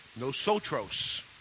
Nosotros